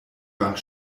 wand